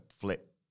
flip